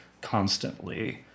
constantly